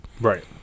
Right